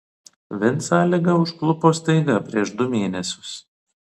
vincą liga užklupo staiga prieš du mėnesius